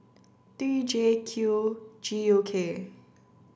three J Q G U K